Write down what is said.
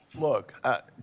look